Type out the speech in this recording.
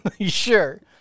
Sure